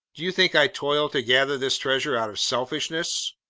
do you think i toil to gather this treasure out of selfishness?